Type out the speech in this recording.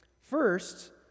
First